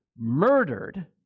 murdered